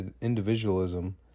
individualism